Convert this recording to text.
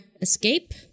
escape